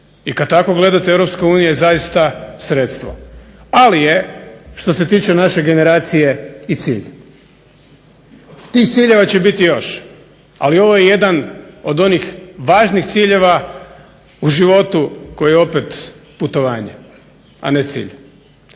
I kad tako gledate EU je zaista sredstvo. Ali je što se tiče naše generacije i cilj. Tih ciljeva će biti još, ali ovo je jedan od onih važnih ciljeva u životu koji je opet putovanje, a ne cilj.